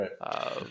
Right